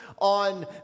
on